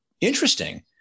interesting